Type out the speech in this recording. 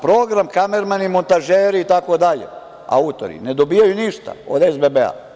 Za program, kamermani, montažeri itd, autori, ne dobijaju ništa od SBB.